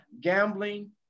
gambling